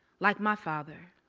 like my father,